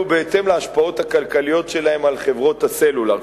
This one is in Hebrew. בהתאם להשפעות הכלכליות שלהן על חברות הסלולר.